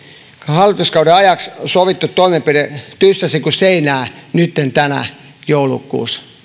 hallituskauden ajaksi sovittu toimenpide tyssäsi kuin seinään nytten tässä joulukuussa